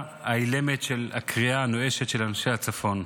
האילמת ואת הקריאה הנואשת של אנשי הצפון,